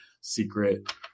secret